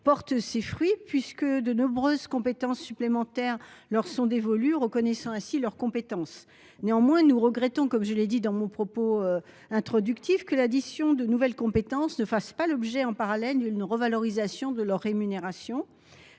porte ses fruits puisque de nombreuses compétences supplémentaires leur sont dévolues, ce qui est une reconnaissance. Néanmoins, nous regrettons, comme je l'ai indiqué en discussion générale, que l'addition de nouvelles compétences ne fasse pas l'objet, en parallèle, d'une revalorisation de leur rémunération.